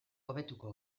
hobetuko